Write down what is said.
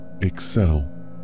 excel